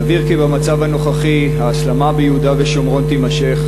סביר כי במצב הנוכחי ההסלמה ביהודה ושומרון תימשך,